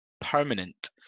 permanent